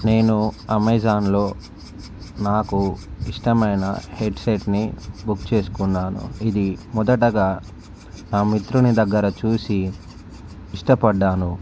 నేను అమెజాన్లో నాకు ఇష్టమైన హెడ్సెట్ని బుక్ చేసుకున్నాను ఇది మొదట నా మిత్రుని దగ్గర చూసి ఇష్టపడ్డాను